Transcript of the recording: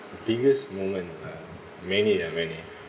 biggest moment ah many uh many